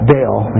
Dale